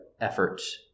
efforts